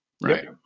Right